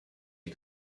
you